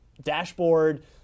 dashboard